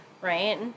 Right